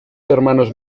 hermanos